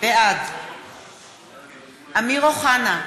בעד אמיר אוחנה,